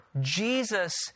Jesus